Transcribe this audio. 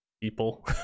people